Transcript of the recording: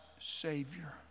Savior